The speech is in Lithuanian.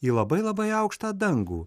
į labai labai aukštą dangų